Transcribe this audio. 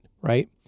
right